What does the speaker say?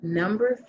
number